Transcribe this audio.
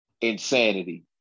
insanity